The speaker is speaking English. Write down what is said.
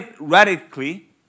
radically